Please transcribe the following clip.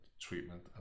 treatment